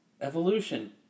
Evolution